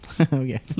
Okay